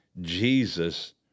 Jesus